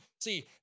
See